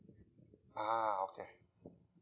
ah okay